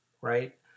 right